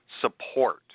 support